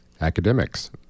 academics